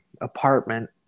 apartment